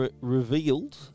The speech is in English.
revealed